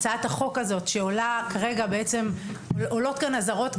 לגבי הצעת החוק הזאת עולות אזהרות,